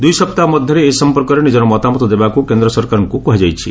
ଦୁଇସପ୍ତାହ ମଧ୍ୟରେ ଏ ସଫପର୍କରେ ନିକ୍କର ମତାମତ ଦେବାକୁ କେନ୍ଦ୍ର ସରକାରଙ୍କୁ କୁହାଯାଇଛି